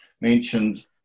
mentioned